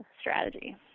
strategy